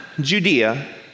Judea